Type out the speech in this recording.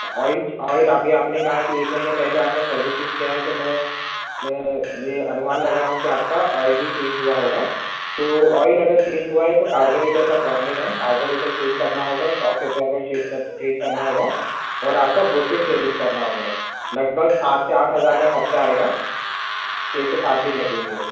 اور ایک چیز آئل ابھی آپ نے کہا کہ ایک مہینے پہلے آپ نے سروسنگ کیا ہے تو میں میں یہ انومان لگا رہا ہوں کہ آپ كا آئل بھی چینج ہُوا ہوگا تو آئل اگر چینج ہُوا ہے تو كاربوریٹر كا پرابلم ہے کاربوریٹر چینج کرنا ہوگا شاک ابزاربر چینج کر چینج كرنا ہوگا اور آپ کا بشیز چینج كرنا ہوگا لگ بھگ سات سے آٹھ ہزار کا خرچہ آئے گا چھ سے سات دِن لگیں گے